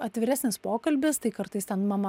atviresnis pokalbis tai kartais ten mama